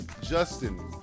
Justin